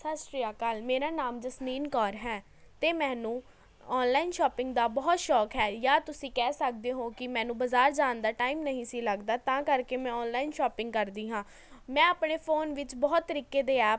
ਸਤਿ ਸ਼੍ਰੀ ਅਕਾਲ ਮੇਰਾ ਨਾਮ ਜਸਮੀਨ ਕੌਰ ਹੈ ਅਤੇ ਮੈਨੂੰ ਔਨਲਾਈਨ ਸ਼ੋਪਿੰਗ ਦਾ ਬਹੁਤ ਸ਼ੌਕ ਹੈ ਜਾਂ ਤੁਸੀਂ ਕਹਿ ਸਕਦੇ ਹੋ ਕਿ ਮੈਨੂੰ ਬਜ਼ਾਰ ਜਾਣ ਦਾ ਟਾਇਮ ਨਹੀਂ ਸੀ ਲੱਗਦਾ ਤਾਂ ਕਰਕੇ ਮੈਂ ਔਨਲਾਈਨ ਸ਼ੋਪਿੰਗ ਕਰਦੀ ਹਾਂ ਮੈਂ ਆਪਣੇ ਫੋਨ ਵਿੱਚ ਬਹੁਤ ਤਰੀਕੇ ਦੇ ਐਪ